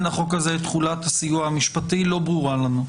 החוק הזה את תחולת הסיוע המשפטי לא ברורה לנו.